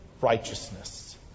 righteousness